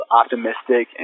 optimistic